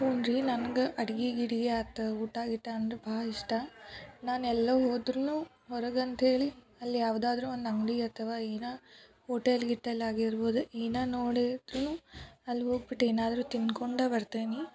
ಹ್ಞೂ ರೀ ನನ್ಗೆ ಅಡಿಗೆ ಗಿಡಿಗೆ ಆತು ಊಟ ಗೀಟ ಅಂದ್ರೆ ಭಾಳ ಇಷ್ಟ ನಾನು ಎಲ್ಲ ಹೋದ್ರೂ ಹೊರಗೆ ಅಂತ್ಹೇಳಿ ಅಲ್ಲಿ ಯಾವುದಾದ್ರು ಒಂದು ಅಂಗಡಿ ಅಥವಾ ಏನು ಹೋಟೆಲ್ ಗೀಟೆಲ್ ಆಗಿರ್ಬೋದು ಏನೇ ನೋಡಿದ್ರೂ ಅಲ್ಲಿ ಹೋಗ್ಬಿಟ್ ಏನಾದರೂ ತಿನ್ಕೊಂಡೇ ಬರ್ತೇನೆ